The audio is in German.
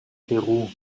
peru